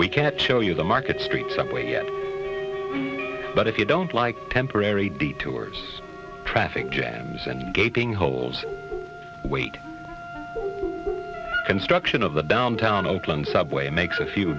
we can't show you the market street subway yet but if you don't like temporary detours traffic jams and gaping holes wait construction of the downtown oakland subway makes a few